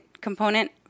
component